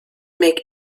make